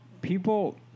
people